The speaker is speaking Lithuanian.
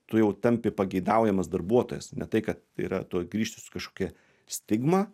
tu jau tampi pageidaujamas darbuotojas ne tai kad yra tu grįžti su kažkokia stigma